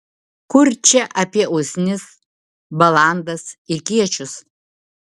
kur čia apie usnis balandas ir kiečius